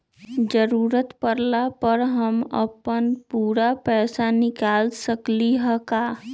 जरूरत परला पर हम अपन पूरा पैसा निकाल सकली ह का?